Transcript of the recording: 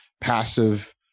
passive